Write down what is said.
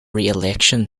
reelection